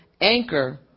anchor